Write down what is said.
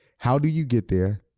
how do you get there,